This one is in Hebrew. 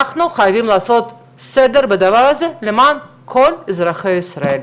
אנחנו חייבים לעשות סדר בדבר הזה למען כל אזרחי ישראל.